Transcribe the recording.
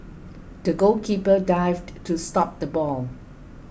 the goalkeeper dived to stop the ball